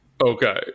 Okay